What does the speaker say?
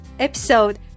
episode